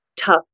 tough